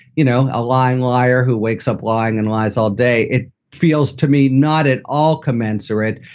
you know, a lying liar who wakes up lying and lies all day, it feels to me not at all commensurate.